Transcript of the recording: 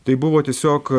tai buvo tiesiog